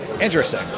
Interesting